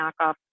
knockoff